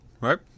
right